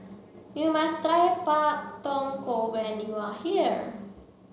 you must Pak Thong Ko when you are here